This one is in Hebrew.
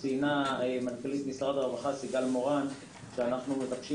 ציינה מנכ"לית משרד הרווחה סיגל מורן שאנחנו מבקשים